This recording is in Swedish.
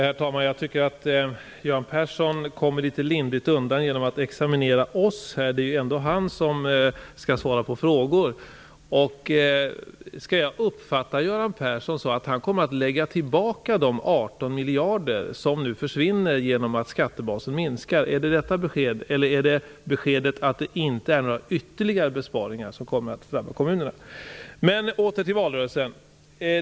Herr talman! Göran Persson kommer litet lindrigt undan genom att examinera oss. Det är ju ändå han som skall svara på frågor. Skall jag uppfatta Göran Persson så, att han kommer att återställa de 18 miljarder som nu försvinner genom att skattebasen minskar? Eller är beskedet att det inte är några ytterligare besparingar som kommer att drabba kommunerna? Åter till valrörelsen.